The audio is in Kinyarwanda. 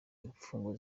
imfungwa